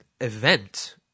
event